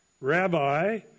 Rabbi